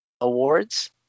awards